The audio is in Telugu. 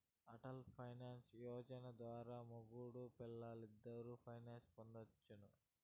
అటల్ పెన్సన్ యోజన ద్వారా మొగుడూ పెల్లాలిద్దరూ పెన్సన్ పొందొచ్చును